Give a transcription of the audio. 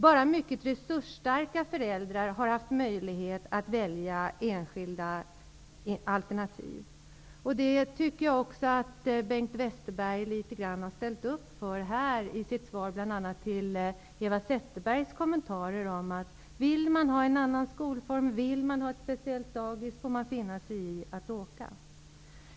Bara mycket resursstarka föräldrar har haft möjlighet att välja enskilda alternativ.'' Detta ställde sig Bengt Westerberg litet grand här bakom när han kommenterade det som Eva Zetterberg sade. Bengt Westerberg sade att om man vill ha en annan skolform eller ett speciellt dagis, får man finna sig i att åka långa sträckor.